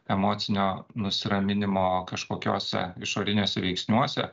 emocinio nusiraminimo kažkokiose išoriniuose veiksniuose